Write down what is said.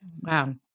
Wow